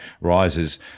rises